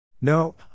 No